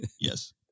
yes